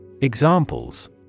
Examples